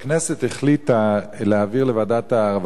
הכנסת החליטה להעביר לוועדת העבודה,